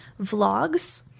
vlogs